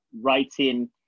writing